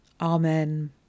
Amen